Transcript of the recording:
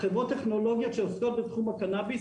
החברות הטכנולוגיות שעוסקות בתחום הקנאביס